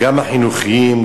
גם החינוכיים,